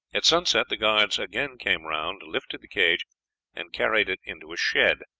at sunset the guards again came round, lifted the cage and carried it into a shed.